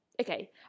Okay